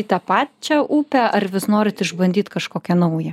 į tą pačią upę ar vis norit išbandyt kažkokią naują